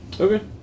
Okay